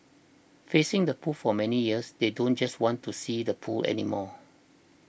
facing the pool for many years they do just want to see the pool anymore